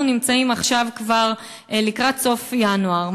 אנחנו נמצאים עכשיו כבר לקראת סוף ינואר,